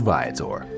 Viator